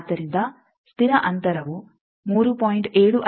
ಆದ್ದರಿಂದ ಸ್ಥಿರ ಅಂತರವು 3